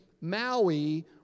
Maui